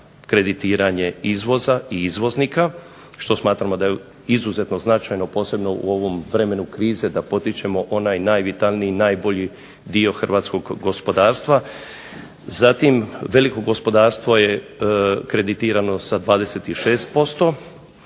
kreditiranje izvoza i izvoznika, što smatramo da je izuzetno značajno posebno u ovom vremenu krize da potičemo onaj najbolji i najvitalniji dio hrvatskog gospodarstva. Zatim veliko gospodarstvo je kreditirano sa 26%,